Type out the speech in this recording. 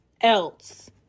else